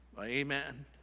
Amen